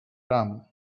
ram